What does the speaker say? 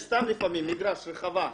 יש סתם לפעמים מגרש, רחבה.